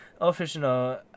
Official